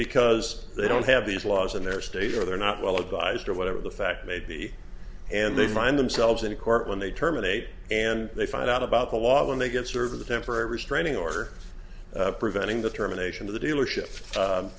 because they don't have these laws in their state or they're not well advised or whatever the fact may be and they find themselves in a court when they terminate and they find out about the law when they get serve a temporary restraining order preventing the termination of the dealership